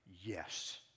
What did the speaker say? yes